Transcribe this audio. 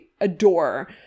adore